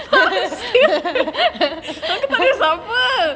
nanti kat ada ambil siapa